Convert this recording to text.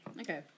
Okay